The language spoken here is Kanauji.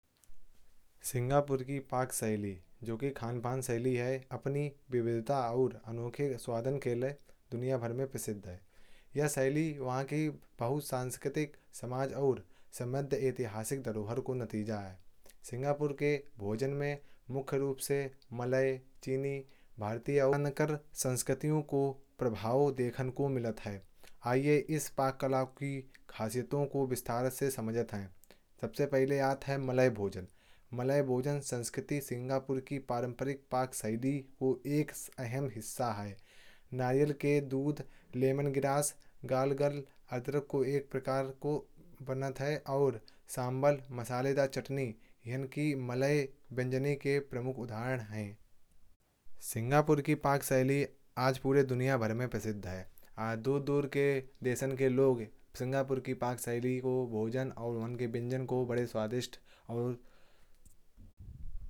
सिंगापुर की पक शैली जो कि खान पान शैली है। अपनी विविधता और अनोखे स्वाद के लिए दुनिया भर में प्रसिद्ध है। यह शैली वहाँ की बहुसांस्कृतिक समाज और संबंधित ऐतिहासिक धरोहर का नतीजा है। सिंगापुर के भोजन में मुख्य रूप से मलय चीनी। और भारतीय अवध नगर संस्कृतियों का प्रभाव देखने को मिलता है। आइए इस पाक कला की खासियत को विस्तार से समझते हैं। सबसे पहले बात करते हैं मलय भोजन की। मलय भोजन संस्कृति सिंगापुर की पारंपरिक पक शैली का एक अहम हिस्सा है। नारियल के दूध, लेमन ग्रास, गालांगल, और अदरक का इस्तेमाल किया जाता है। और सांबल मसाले और चटनी इनकी मलय व्यंजन के प्रमुख उदाहरण हैं। सिंगापुर की पक शैली आज पूरे दुनिया भर में प्रसिद्ध है। दूर दूर के देशों के लोग सिंगापुर की पक शैली के भोजन। और उनके व्यंजनों को बड़े स्वाद के साथ पसंद करते हैं।